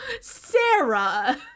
Sarah